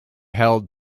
held